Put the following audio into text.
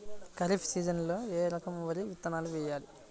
ఖరీఫ్ సీజన్లో ఏ రకం వరి విత్తనాలు వేయాలి?